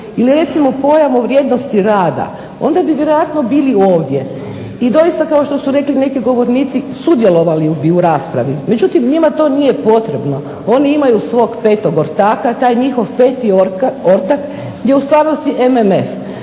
ili recimo pojam o vrijednosti rada, onda bi vjerojatno bili ovdje. I doista kao što su rekli neki govornici sudjelovali bi u raspravi. Međutim, to njima nije potrebno, oni imaju svog 5. Ortaka. Taj njihov 5. Ortak je u stvarnosti MMF.